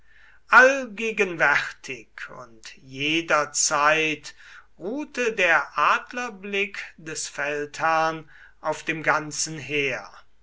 allgegenwärtig und jederzeit ruhte der adlerblick des feldherrn auf dem ganzen heer